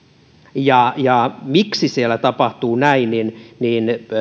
miksi siellä tapahtuu näin